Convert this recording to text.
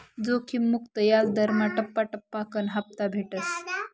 जोखिम मुक्त याजदरमा टप्पा टप्पाकन हापता भेटस